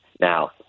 now